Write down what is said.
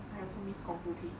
I also miss 功夫 tea